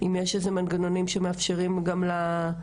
אם יש איזה שהם מנגנונים שמאפשרים גם לחיילות,